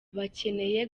bakeneye